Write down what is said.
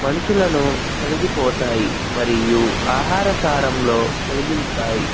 మనుషులను కలిగిపోతాయి మరియు ఆహారసారంలో కలిగి ఉంటాయి